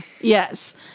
Yes